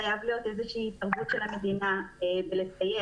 חייבת להיות איזושהי התערבות של המדינה בלסייע.